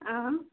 ആ